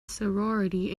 sorority